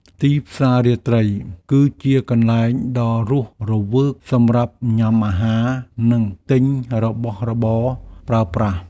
ទីផ្សាររាត្រីគឺជាកន្លែងដ៏រស់រវើកសម្រាប់ញ៉ាំអាហារ និងទិញរបស់របរប្រើប្រាស់។